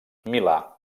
milà